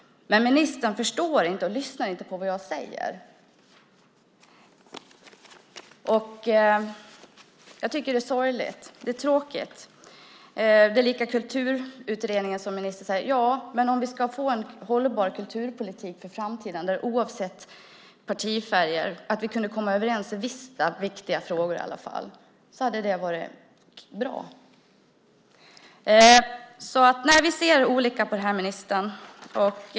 Men ministern förstår inte och lyssnar inte på vad jag säger. Jag tycker att det är sorgligt. Det gäller också Kulturutredningen, som ministern säger. Om vi ska få en hållbar kulturpolitik för framtiden oavsett partifärg hade det varit bra om vi hade kommit överens i vissa viktiga frågor. Vi ser olika på detta.